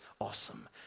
awesome